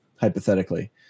hypothetically